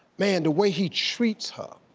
man, the way he treats her.